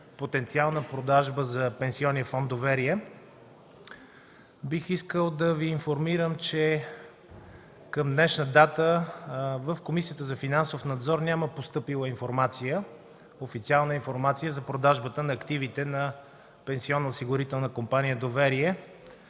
потенциална продажба за пенсионния фонд „Доверие”, бих искал да Ви информирам, че към днешна дата в Комисията за финансов надзор няма постъпила официална информация за продажба на активите на Пенсионноосигурителна компания „Доверие”